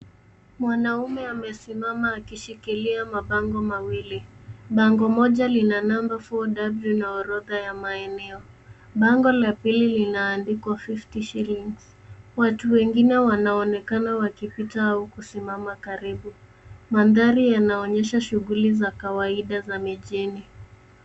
Mwanaume amesimama akishikilia mabango mawili. Bango moja lina namba 4W na orodha ya maeneo. Bango la pili lina maandiko fifty shillings . Watu wengine wanaonekana wakipita au kusimama karibu. Mandhari yanaonyesha shughuli za kawaida za mijini.